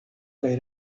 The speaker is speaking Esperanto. kaj